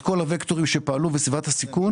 את כל הווקטורים שפעלו בסביבת הסיכון